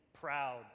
proud